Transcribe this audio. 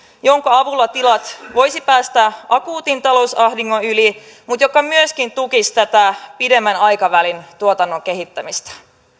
jonka avulla tilat voisivat päästä akuutin talousahdingon yli mutta joka myöskin tukisi tätä pidemmän aikavälin tuotannon kehittämistä